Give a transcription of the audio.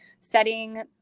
setting